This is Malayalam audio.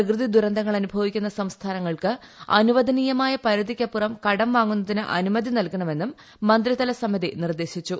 പ്രകൃതിദുരന്തങ്ങൾ അനുഭവിക്കുന്ന സംസ്ഥാനങ്ങൾക്ക് അനുവദനീയമായ പരിധിയ്ക്കപ്പുറം കടംവാങ്ങുന്നതിന് അനു മതി നൽകണമെന്നും മന്ത്രിതലസമിതി നിർദ്ദേശിച്ചു